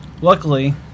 luckily